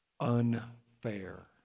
unfair